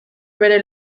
bere